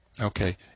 Okay